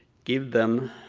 give them